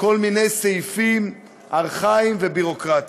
אדוני היושב-ראש.